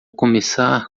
começar